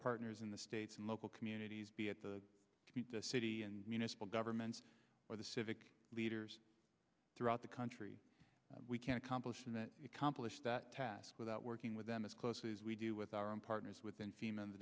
partners in the state and local communities be at the city and municipal governments or the civic leaders throughout the country we can accomplish in that accomplish that task without working with them as closely as we do with our own partners within fim and the